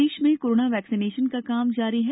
प्रदेश में corona vaccination का काम जारी है